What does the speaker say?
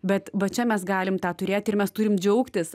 bet va čia mes galim tą turėti ir mes turim džiaugtis